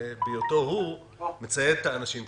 בהיותו הוא הוא מצייד את האנשים שלו.